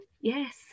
Yes